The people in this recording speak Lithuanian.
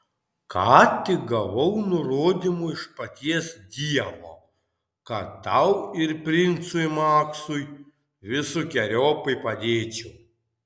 ką tik gavau nurodymų iš paties dievo kad tau ir princui maksui visokeriopai padėčiau